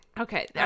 Okay